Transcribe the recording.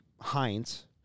Heinz